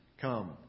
come